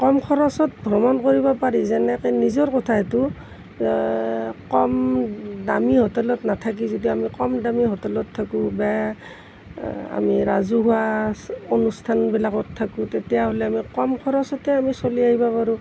কম খৰচত ভ্ৰমণ কৰিব পাৰি যেনেকৈ নিজৰ কথা এইটো কম দামী হোটেলত নাথাকি যদি আমি কমদামী হোটেলত থাকোঁ বা আমি ৰাজহুৱা অনুষ্ঠান বিলাকত থাকোঁ তেতিয়াহ'লে আমি কম খৰচতে আমি চলি থাকিব পাৰোঁ